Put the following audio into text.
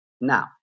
Now